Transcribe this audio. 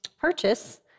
purchase